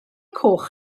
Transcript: coch